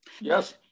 Yes